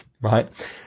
right